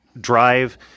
drive